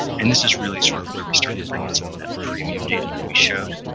and this is really sort of where we start to bring in some of that premium data that we showed.